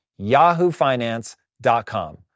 yahoofinance.com